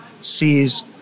sees